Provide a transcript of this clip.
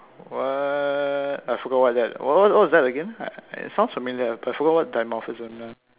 what I forgot what is that what what is that again it sounds familiar I forgot what dimorphism means